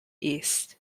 east